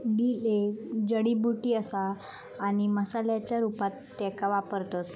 dill एक जडीबुटी असा आणि मसाल्याच्या रूपात त्येका वापरतत